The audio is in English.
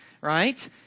right